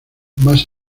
más